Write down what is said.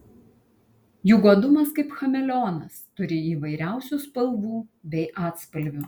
juk godumas kaip chameleonas turi įvairiausių spalvų bei atspalvių